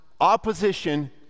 opposition